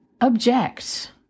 object